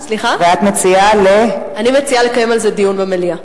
אני מציעה לקיים על זה דיון במליאה.